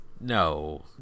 no